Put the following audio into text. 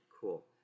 cool